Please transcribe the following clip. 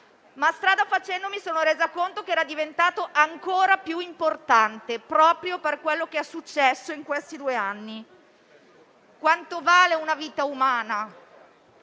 ma strada facendo, mi sono resa conto che era diventato ancora più importante proprio per quanto successo in questi due anni. Quanto vale una vita umana?